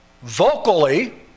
vocally